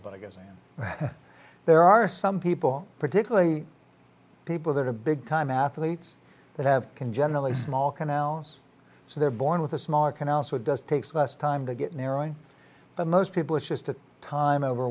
but i guess there are some people particularly people that are big time athletes that have can generally small canals so they're born with a smaller canal so it does takes less time to get narrowing but most people it's just a time over